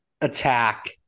attack